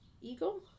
eagle